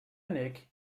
munich